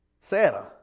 Santa